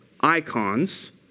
icons